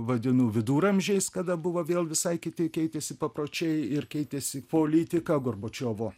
vadinu viduramžiais kada buvo vėl visai kiti keitėsi papročiai ir keitėsi politiką gorbačiovo